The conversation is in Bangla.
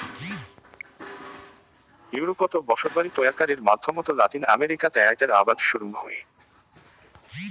ইউরোপত বসতবাড়ি তৈয়ারকারির মাধ্যমত লাতিন আমেরিকাত এ্যাইটার আবাদ শুরুং হই